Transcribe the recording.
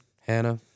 Hannah